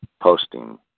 posting